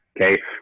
Okay